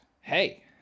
Hey